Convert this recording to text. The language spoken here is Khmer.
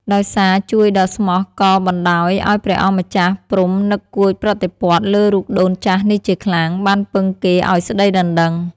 ដោយសារជួយដ៏ស្មោះក៏បណ្ដាលឲ្យព្រះអង្គម្ចាស់ព្រហ្មនឹកកួចប្រតិព័ទ្ធលើរូបដូនចាស់នេះជាខ្លាំង បានពឹងគេឲ្យស្ដីដណ្ដឹង ។